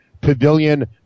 Pavilion